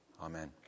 Amen